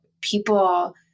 people